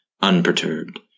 unperturbed